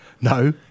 No